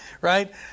right